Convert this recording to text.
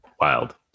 wild